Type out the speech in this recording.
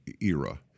era